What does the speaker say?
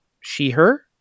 she-her